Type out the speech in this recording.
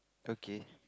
okay